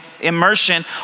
immersion